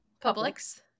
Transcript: Publix